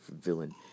villain